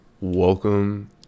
welcome